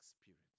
experience